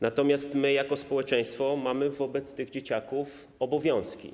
Natomiast my jako społeczeństwo mamy wobec tych dzieciaków obowiązki.